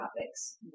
topics